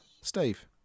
Steve